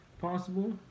Possible